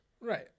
Right